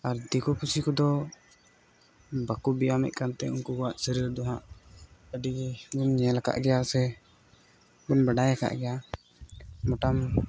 ᱟᱨ ᱫᱤᱠᱩ ᱯᱩᱥᱤ ᱠᱚᱫᱚ ᱵᱟᱠᱚ ᱵᱮᱭᱟᱢᱮᱫ ᱠᱟᱱᱛᱮ ᱩᱱᱠᱩᱣᱟᱜ ᱥᱚᱨᱤᱨ ᱫᱚ ᱦᱟᱸᱜ ᱟᱹᱰᱤ ᱜᱮ ᱧᱮᱞ ᱠᱟᱜ ᱜᱮᱭᱟ ᱥᱮ ᱵᱚᱱ ᱵᱟᱰᱟᱭ ᱠᱟᱫ ᱜᱮᱭᱟ ᱢᱚᱴᱟᱢ